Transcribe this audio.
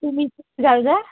तुम्ही फिरा जा